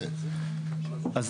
אז